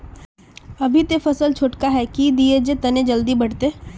अभी ते फसल छोटका है की दिये जे तने जल्दी बढ़ते?